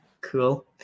cool